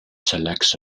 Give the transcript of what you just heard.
selects